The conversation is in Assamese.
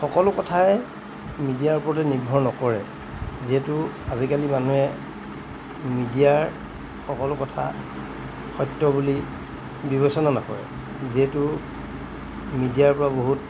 সকলো কথাই মিডিয়াৰ ওপৰতে নিৰ্ভৰ নকৰে যিহেতু আজিকালি মানুহে মিডিয়াৰ সকলো কথা সত্য বুলি বিবেচনা নকৰে যিহেতু মিডিয়াৰপৰা বহুত